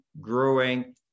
growing